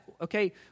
okay